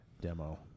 demo